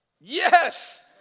Yes